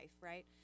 right